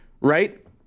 right